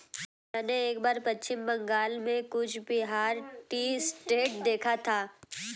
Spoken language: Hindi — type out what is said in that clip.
मैंने एक बार पश्चिम बंगाल में कूच बिहार टी एस्टेट देखा था